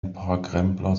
einparkrempler